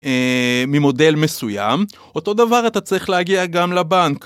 ממודל מסוים אותו דבר אתה צריך להגיע גם לבנק.